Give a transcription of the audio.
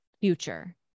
future